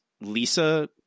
Lisa